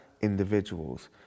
individuals